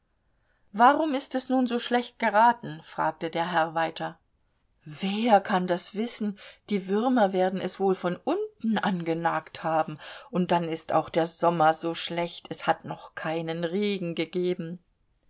warum ist es nun so schlecht geraten fragte der herr weiter wer kann das wissen die würmer werden es wohl von unten angenagt haben und dann ist auch der sommer so schlecht es hat noch keinen regen gegeben